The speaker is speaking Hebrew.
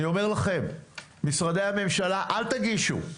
אני אומר לכם משרדי הממשלה: אל תגישו,